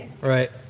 right